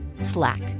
Slack